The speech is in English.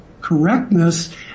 correctness